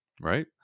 right